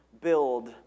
build